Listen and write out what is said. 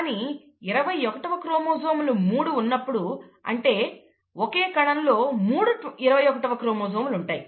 కానీ 21 వ క్రోమోజోములు మూడు ఉన్నప్పుడు అంటే ఒక కణంలో మూడు 21వ క్రోమోజోములు ఉంటాయి